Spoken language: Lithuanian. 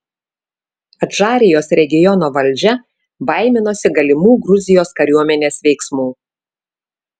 adžarijos regiono valdžia baiminosi galimų gruzijos kariuomenės veiksmų